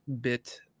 bit